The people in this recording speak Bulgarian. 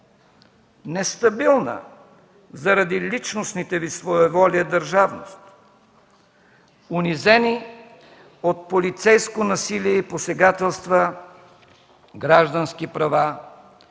нестабилна заради личностните Ви своеволия държавност; унизени от полицейско насилие и посегателства граждански права